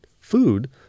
food